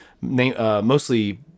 Mostly